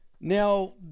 Now